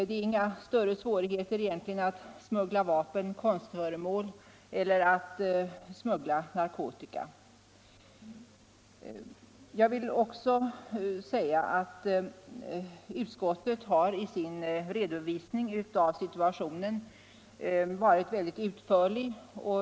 Det innebär egentligen inga större svårigheter att smuggla vapen, konstföremål eller narkotika. Utskottet har i sin redovisning av situationen varit mycket utförligt.